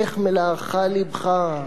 איך מלאך לבך,